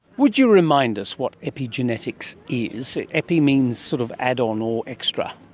would you remind us what epigenetics is? epi means sort of add-on or extra.